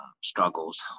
struggles